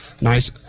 Nice